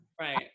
Right